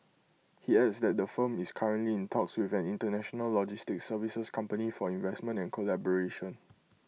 he adds that the firm is currently in talks with an International logistics services company for investment and collaboration